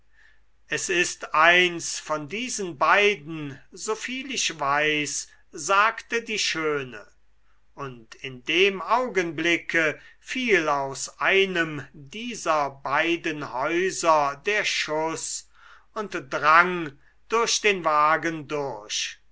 es ist eins von diesen beiden soviel ich weiß sagte die schöne und in dem augenblicke fiel aus einem dieser beiden häuser der schuß und drang durch den wagen durch